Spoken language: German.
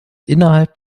innerhalb